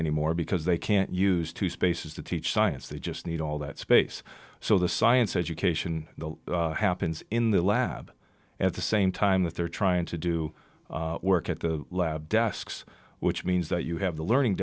anymore because they can't use two spaces to teach science they just need all that space so the science education happens in the lab at the same time that they're trying to do work at the lab desks which means that you have the learning